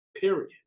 period